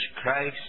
Christ